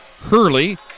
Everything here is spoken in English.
Hurley